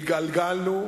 התגלגלנו,